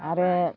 आरो